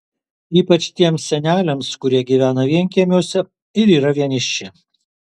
ypač tiems seneliams kurie gyvena vienkiemiuose ir yra vieniši